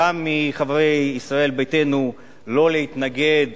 גם מחברי ישראל ביתנו, שלא להתנגד